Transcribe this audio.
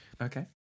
Okay